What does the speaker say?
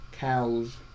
Cows